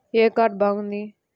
ఏ card బాగుంది?